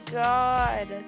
god